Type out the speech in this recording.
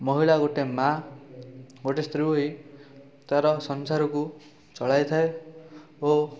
ମହିଳା ଗୋଟେ ମାଆ ଗୋଟେ ସ୍ତ୍ରୀ ହୋଇ ତା'ର ସଂସାରକୁ ଚଳାଇଥାଏ ଓ